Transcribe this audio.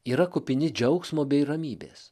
yra kupini džiaugsmo bei ramybės